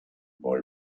boy